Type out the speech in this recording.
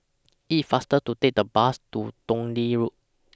IT IS faster to Take The Bus to Dundee Road